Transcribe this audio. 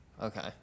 okay